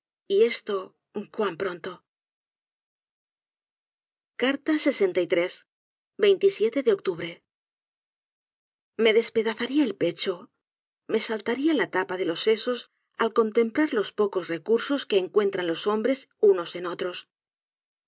y esto cuan pronto de octubre me despedazaría el pecho me saltaría la tapa de los sesos al contemplar los pocos recursos que encuentran los hombres unos en otros